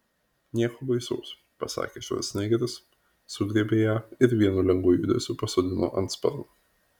nieko baisaus pasakė švarcnegeris sugriebė ją ir vienu lengvu judesiu pasodino ant sparno